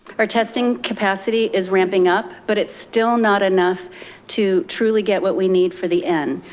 our testing capacity is ramping up, but it's still not enough to truly get what we need for the end.